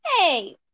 Hey